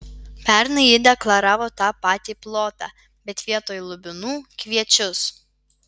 pernai ji deklaravo tą patį plotą bet vietoj lubinų kviečius